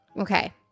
Okay